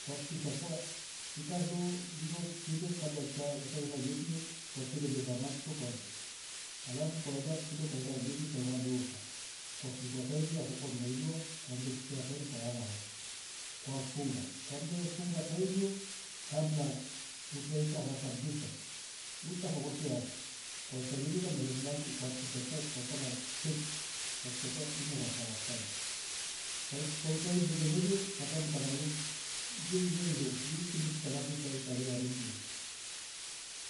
kwakisha kuwa ikari ho kisinde kabla utaira jeki yo ukakilegeza nyati so kwanza alafu ukaenda ho kisinde ukaera jeki yodoka ukafungua tairi yafo ukande spea ya tairi. Ukarao ukafunga kwamefunga tairi ya kabla utame kasa tairi yo kabisa wekasa kwa kiasi kwa kisha basi ukakaba sheki imeraa sawasawa ili legelege ukatambuka nayo yetingishika alafu ikameharikiho.